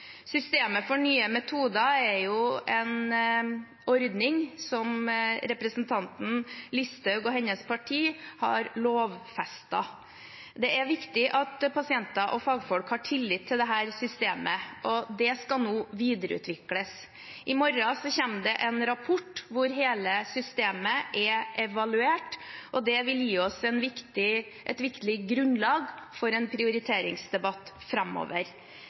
Systemet for nye metoder er en ordning som representanten Listhaug og hennes parti har lovfestet. Det er viktig at pasienter og fagfolk har tillit til dette systemet, og det skal nå videreutvikles. I morgen kommer det en rapport hvor hele systemet er evaluert, og den vil gi oss et viktig grunnlag for en prioriteringsdebatt framover.